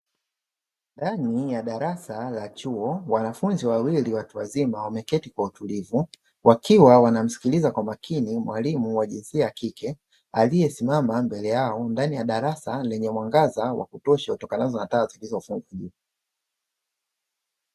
Ndani ya darasa la chuo, wanafunzi wawili watu wazima wameketi kwa utulivu wakiwa wanamsikiliza kwa makini mwalimu wa jinsia ya kike aliyesimama mbele yao, ndani ya darasa lenye mwangaza wa kutosha utokanao na taa zilizofungwa juu.